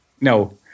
No